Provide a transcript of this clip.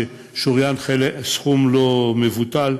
ששוריין סכום לא מבוטל,